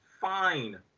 fine